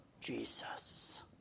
Jesus